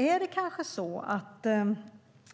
Är det kanske så att